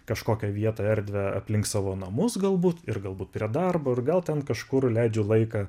kažkokią vietą erdvę aplink savo namus galbūt ir galbūt prie darbo ir gal ten kažkur leidžiu laiką